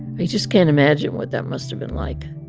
i just can't imagine what that must have been like.